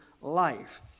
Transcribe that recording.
life